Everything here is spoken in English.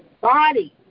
body